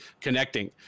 connecting